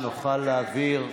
נוכל להעביר.